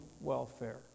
welfare